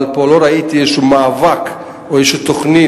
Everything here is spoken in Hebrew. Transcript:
אבל לא ראיתי פה איזה מאבק או איזו תוכנית